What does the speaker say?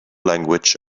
language